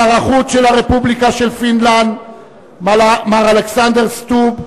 שר החוץ של הרפובליקה של פינלנד מר אלכסנדר סטוב,